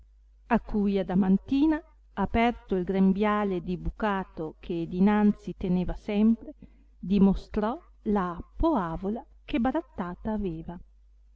a cui adamantina aperto il grembiale di bucato che dinanzi teneva sempre dimostrò la poavola che barattata aveva